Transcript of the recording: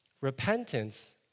repentance